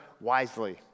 wisely